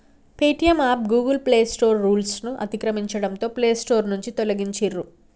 Paytm app Google play store రూల్స్ను అతిక్రమించడంతో play store నుంచి తొలగించిర్రు